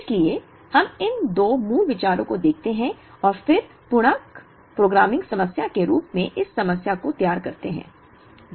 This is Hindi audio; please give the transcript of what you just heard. इसलिए हम इन दो मूल विचारों को देखते हैं और फिर पूर्णांक प्रोग्रामिंग समस्या के रूप में इस समस्या को तैयार करते हैं